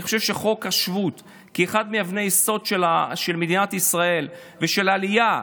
אני חושב שחוק השבות כאחד מאבני היסוד של מדינת ישראל ושל העלייה,